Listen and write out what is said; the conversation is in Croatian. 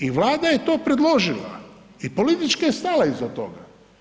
I Vlada je to predložila i politički stala iza toga.